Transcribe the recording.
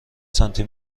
سانتی